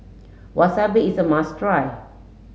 Wasabi is a must try